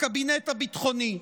בקבינט הביטחוני.